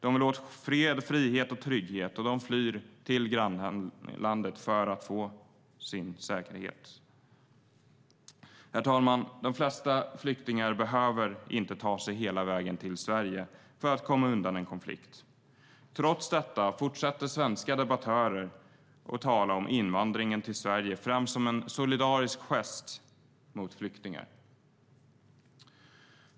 De vill åt fred, frihet och trygghet, och de flyr till grannlandet för sin säkerhet. Herr talman! De flesta flyktingar behöver inte ta sig hela vägen till Sverige för att komma undan en konflikt. Trots detta fortsätter svenska debattörer att tala om invandringen till Sverige, främst som en solidarisk gest mot flyktingar.